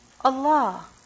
Allah